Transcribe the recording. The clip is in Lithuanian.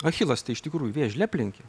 achilas tai iš tikrųjų vėžlį aplenkė